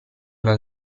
una